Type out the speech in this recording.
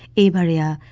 a barrier